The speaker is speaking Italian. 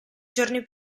giorni